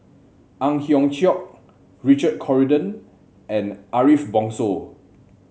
Ang Hiong Chiok Richard Corridon and Ariff Bongso